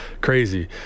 Crazy